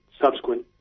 subsequent